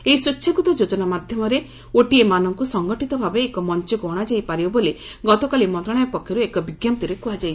ଏହି ସ୍ୱେଚ୍ଛାକୃତ ଯୋଜନା ମାଧ୍ୟମରେ ଓଟିଏ ମାନଙ୍କୁ ସଂଗଠିତ ଭାବେ ଏକ ମଞ୍ଚକୁ ଆଣାଯାଇ ପାରିବ ବୋଲି ଗତକାଲି ମନ୍ତ୍ରଣାଳୟ ପକ୍ଷରୁ ଏକ ବିଜ୍ଞପ୍ତିରେ କୁହାଯାଇଛି